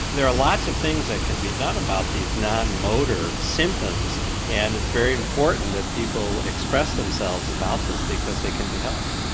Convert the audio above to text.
there are lots of things that can be done about these non-motor symptoms and it's very important that people express themselves about this because they can be helped.